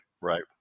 right